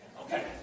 Okay